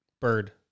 bird